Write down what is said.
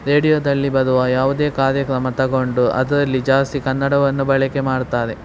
ರೇಡಿಯೋದಲ್ಲಿ ಬರುವ ಯಾವುದೇ ಕಾರ್ಯಕ್ರಮ ತಗೊಂಡು ಅದರಲ್ಲಿ ಜಾಸ್ತಿ ಕನ್ನಡವನ್ನು ಬಳಕೆ ಮಾಡ್ತಾರೆ